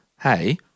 Hey